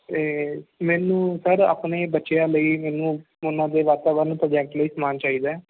ਅਤੇ ਮੈਨੂੰ ਸਰ ਆਪਣੇ ਬੱਚਿਆਂ ਲਈ ਮੈਨੂੰ ਉਹਨਾਂ ਦੇ ਵਾਤਾਵਰਨ ਪ੍ਰੋਜੈਕਟ ਲਈ ਸਮਾਨ ਚਾਹੀਦਾ